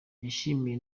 yashimiye